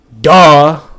Duh